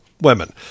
women